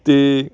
ਅਤੇ